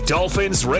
Dolphins